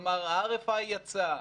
ה-RFI יצא,